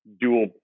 dual